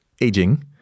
aging